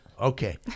Okay